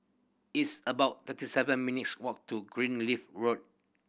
it's about thirty seven minutes' walk to Greenleaf Road